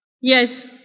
Yes